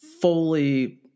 fully